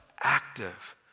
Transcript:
Active